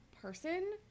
person